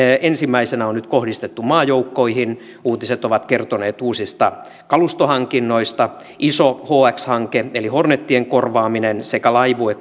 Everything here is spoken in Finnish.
on kohdistettu nyt ensimmäisenä maajoukkoihin uutiset ovat kertoneet uusista kalustohankinnoista iso hx hanke eli hornetien korvaaminen sekä laivue